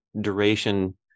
duration